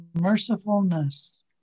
mercifulness